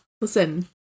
Listen